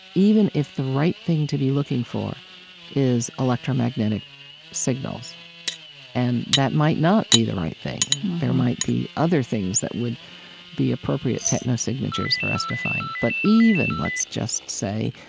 even if the right thing to be looking for is electromagnetic signals and that might not be the right thing there might be other things that would be appropriate techno-signatures for us to find but even, let's just say,